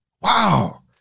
wow